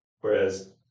whereas